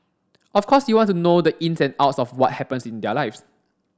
of course you want to know the ins and outs of what happens in their lives